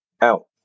out